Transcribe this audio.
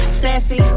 sassy